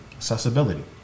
Accessibility